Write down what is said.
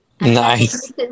Nice